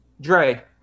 Dre